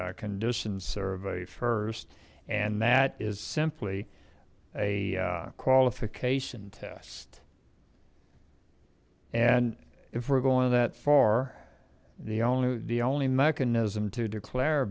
a condition survey first and that is simply a qualification test and if we're going that far the only the only mechanism to declare